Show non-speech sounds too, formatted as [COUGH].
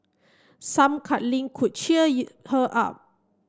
some cuddling could cheer [UNINTELLIGIBLE] her up